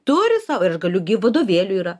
turi savo ir aš galiu gi vadovėlių yra